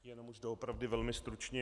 Jenom už doopravdy velmi stručně.